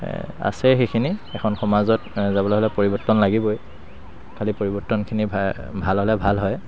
আছে সেইখিনি এখন সমাজত যাবলৈ হ'লে পৰিৱৰ্তন লাগিবই খালি পৰিৱৰ্তনখিনি ভাল হ'লে ভাল হয়